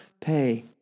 pay